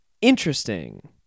interesting